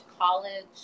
college